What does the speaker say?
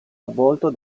avvolto